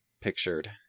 pictured